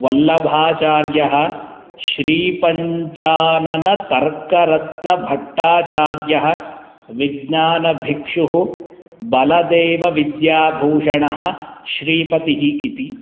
वल्लभाचार्यः श्रीपञ्चाननतर्करत्नभट्टाचार्यः विज्ञानभिक्षुः बलदेवविद्याभूषणः श्रीपतिः इति